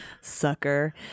sucker